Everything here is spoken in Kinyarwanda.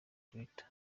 twitter